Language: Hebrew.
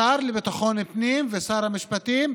השר לביטחון הפנים ושר המשפטים,